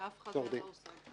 ואף אחד מהם לא עושה את זה.